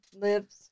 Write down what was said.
lives